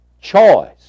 choice